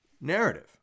narrative